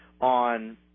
on